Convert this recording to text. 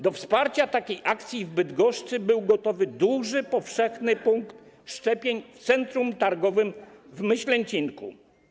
Do wsparcia takiej akcji w Bydgoszczy był gotowy duży powszechny punkt szczepień w centrum targowym w Myślęcinku.